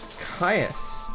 Caius